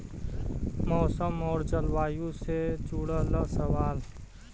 मौसम और जलवायु से जुड़ल सवाल?